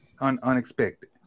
Unexpected